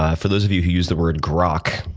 ah for those of you who use the word grock,